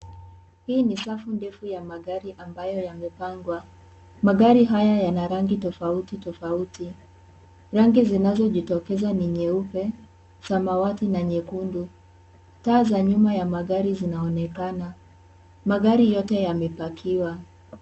Hii ni safu ndefu ya magari ambayo yamepangwa. Magari haya yana rangi tofauti tofauti. Rangi zinazojitokeza ni nyeupe, samawati na nyekundu. Magari yote yamepakiwa.